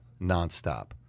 nonstop